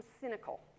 cynical